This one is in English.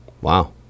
Wow